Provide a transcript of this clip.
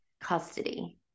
custody